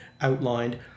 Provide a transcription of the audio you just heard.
outlined